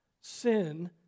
sin